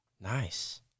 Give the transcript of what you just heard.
Nice